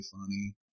funny